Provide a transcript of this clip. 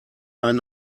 ein